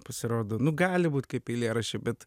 pasirodo nu gali būt kaip eilėraščiai bet